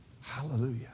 hallelujah